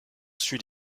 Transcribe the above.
suit